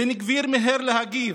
בן גביר מיהר להגיב: